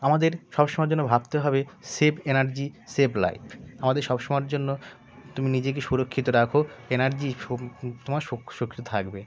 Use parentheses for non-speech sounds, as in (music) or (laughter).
আমাদের সব সময়ের জন্য ভাবতে হবে সেভ এনার্জি সেভ লাইফ আমাদের সব সময়ের জন্য তুমি নিজেকে সুরক্ষিত রাখো এনার্জি (unintelligible) তোমার (unintelligible) থাকবে